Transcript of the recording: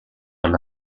alla